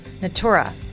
Natura